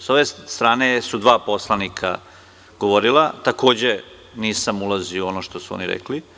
Sa ove strane su dva poslanika govorila i takođe nisam ulazio u ono što su oni rekli.